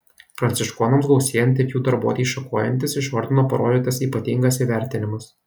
pranciškonams gausėjant ir jų darbuotei šakojantis iš ordino parodytas ypatingas įvertinimas